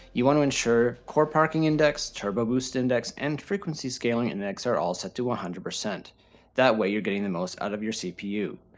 you want to ensure core parking index, turbo boost index and frequency scaling index, are all set to one hundred. that way you're getting the most out of your cpu.